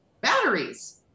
batteries